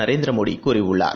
நரேந்திரமோடிகூறியுள்ளார்